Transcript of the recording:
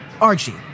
Archie